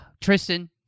Tristan